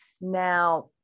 now